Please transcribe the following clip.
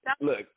Look